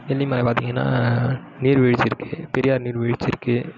வெள்ளிமலை பார்த்திங்கன்னா நீர்வீழ்ச்சி இருக்குது பெரியார் நீர்வீழ்ச்சி இருக்குது